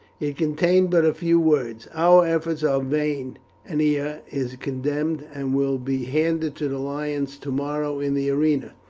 it contained but a few words our efforts are vain ennia is condemned, and will be handed to the lions tomorrow in the arena.